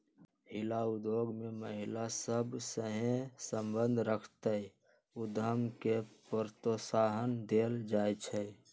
हिला उद्योग में महिला सभ सए संबंध रखैत उद्यम के प्रोत्साहन देल जाइ छइ